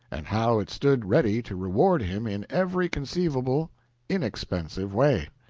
and how it stood ready to reward him in every conceivable inexpensive way.